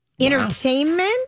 entertainment